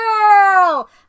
girl